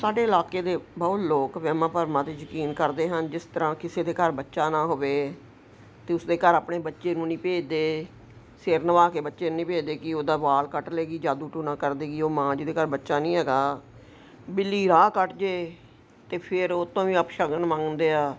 ਸਾਡੇ ਇਲਾਕੇ ਦੇ ਬਹੁਤ ਲੋਕ ਵਹਿਮਾਂ ਭਰਮਾਂ 'ਤੇ ਯਕੀਨ ਕਰਦੇ ਹਨ ਜਿਸ ਤਰ੍ਹਾਂ ਕਿਸੇ ਦੇ ਘਰ ਬੱਚਾ ਨਾ ਹੋਵੇ ਤਾਂ ਉਸਦੇ ਘਰ ਆਪਣੇ ਬੱਚੇ ਨੂੰ ਨਹੀਂ ਭੇਜਦੇ ਸਿਰ ਨਵਾ ਕੇ ਬੱਚੇ ਨਹੀਂ ਭੇਜਦੇ ਕਿ ਉਹਦਾ ਵਾਲ ਕੱਟ ਲੇਗੀ ਜਾਦੂ ਟੂਣਾ ਕਰ ਦੇਗੀ ਉਹ ਮਾਂ ਜਿਹਦੇ ਘਰ ਬੱਚਾ ਨਹੀਂ ਹੈਗਾ ਬਿੱਲੀ ਰਾਹ ਕੱਟ ਜਾਵੇ ਤਾਂ ਫਿਰ ਉਹਤੋਂ ਵੀ ਅਪਸ਼ਗਨ ਮੰਨਦੇ ਆ